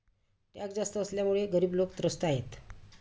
tax जास्त असल्यामुळे गरीब लोकं त्रस्त आहेत